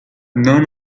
none